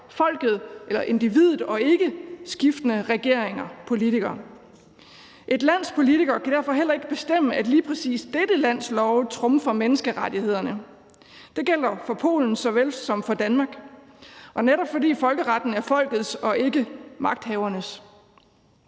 folket eller individet og ikke skiftende regeringer og politikere. Et lands politikere kan derfor heller ikke bestemme, at lige præcis dette lands love trumfer menneskerettighederne. Det gælder for Polen såvel som for Danmark – netop fordi folkeretten er folkets og ikke magthavernes.